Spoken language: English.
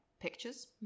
pictures